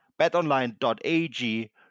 BetOnline.ag